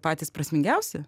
patys prasmingiausi